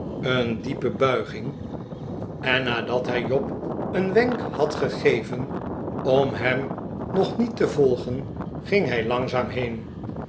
een diepe bulging en nadat hij job een wenk had gegeven om hem nog niet te volgen ging hij langzaam heen